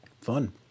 Fun